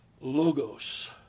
Logos